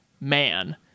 man